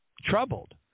troubled